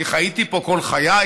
כי חייתי פה כל חיי,